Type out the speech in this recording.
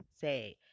say